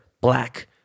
black